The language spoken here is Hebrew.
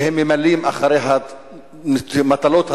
וממלאים אחרי המטלות הדחופות,